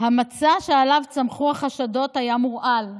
המצע שעליו צמחו החשדות היה מורעל.